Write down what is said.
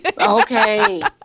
okay